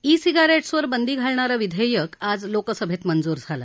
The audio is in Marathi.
ई सिगारेट्सवर बंदी घालणारं विधेयक आज लोकसभेत मंजूर झालं